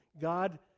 God